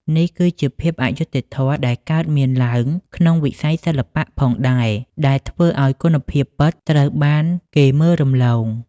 នេះគឺជាភាពអយុត្តិធម៌ដែលកើតមានឡើងក្នុងវិស័យសិល្បៈផងដែរ ដែលធ្វើឲ្យគុណភាពពិតត្រូវបានគេមើលរំលង។